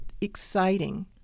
exciting